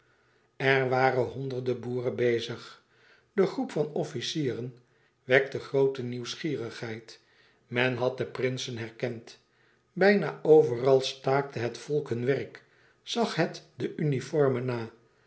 er waren honderden boeren bezig de groep van officieren wekte groote nieuwsgierigheid men had de prinsen herkend bijna overal staakte het volk hun werk zag het de uniformen na